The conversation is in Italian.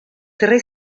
tre